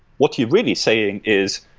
what you're really saying is,